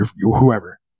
whoever